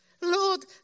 Lord